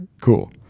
cool